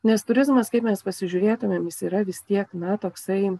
nes turizmas kaip mes pasižiūrėtumėm jis yra vis tiek na toksai